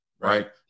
right